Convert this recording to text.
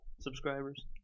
subscribers